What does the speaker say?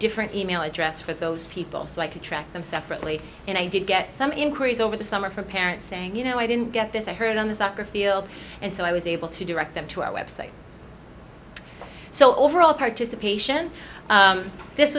different e mail address for those people so i could track them separately and i did get some inquiries over the summer from parents saying you know i didn't get this i heard on the soccer field and so i was able to direct them to a website so overall participation this